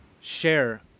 share